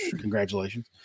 Congratulations